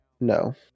No